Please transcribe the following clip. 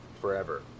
forever